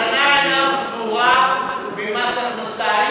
מתנה אינה פטורה ממס הכנסה,